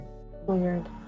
Weird